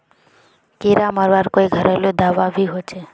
कीड़ा मरवार कोई घरेलू दाबा भी होचए?